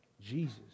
Jesus